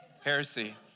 Heresy